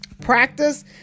practice